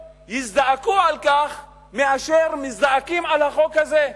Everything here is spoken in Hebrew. יזדעקו על כך יותר מאשר מזדעקים על החוק הזה.